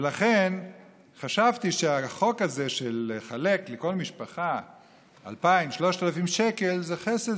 ולכן חשבתי שהחוק הזה של לחלק לכל משפחה 3,000-2,000 שקל זה חסד,